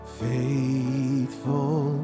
faithful